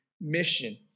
mission